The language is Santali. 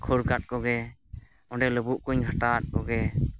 ᱠᱷᱟᱹᱲᱠᱟᱫ ᱠᱚᱜᱮ ᱚᱸᱰᱮ ᱞᱩᱵᱩᱜ ᱠᱚᱧ ᱜᱷᱟᱴᱟᱣᱟᱫ ᱠᱚᱜᱮ